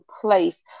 place